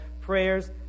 prayers